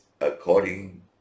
according